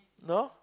no